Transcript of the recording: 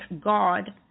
God